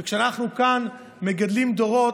כשאנחנו כאן מגדלים דורות,